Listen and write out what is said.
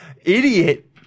idiot